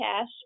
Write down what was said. Cash